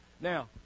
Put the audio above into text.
Now